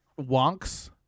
wonks